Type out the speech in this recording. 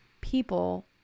people